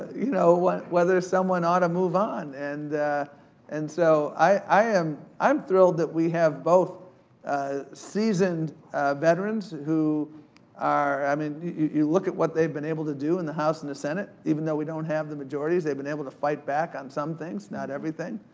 you know, whether someone ought to move on, and and so, i am i am thrilled that we have both seasoned veterans, who are, i mean, you look at what they've been able to do in the house and the senate, even though we don't have the majorities, they've been able to fight back on some things, not everything.